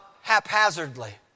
haphazardly